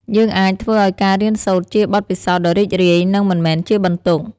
យើងអាចធ្វើឲ្យការរៀនសូត្រជាបទពិសោធន៍ដ៏រីករាយ និងមិនមែនជាបន្ទុក។